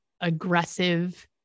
aggressive